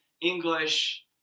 English